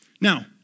Now